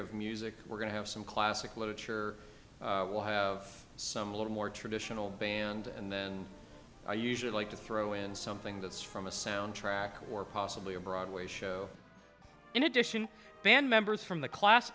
of music we're going to have some classic literature we'll have some a little more traditional band and i usually like to throw in something that's from a soundtrack or possibly a broadway show in addition band members from the class